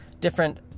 different